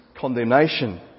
condemnation